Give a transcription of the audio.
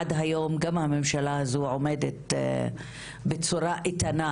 עד היום גם הממשלה הזו עומדת בצורה איתנה